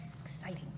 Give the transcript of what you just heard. Exciting